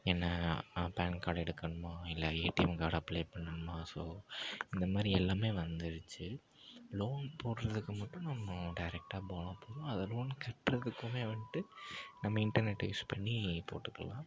என்ன PAN card எடுக்கணுமா இல்லை ஏடிஎம் கார்டு அப்ளை பண்ணனுமா ஸோ இந்த மாரி எல்லாமே வந்துருச்சு லோன் போடுறதுக்கு மட்டும் நம்ம டேரக்ட்டாக போனால் போதும் அதை லோன் கட்டுறதுக்குமே வந்துட்டு நம்ம இன்டர்நெட்டை யூஸ் பண்ணி போட்டுக்கலாம்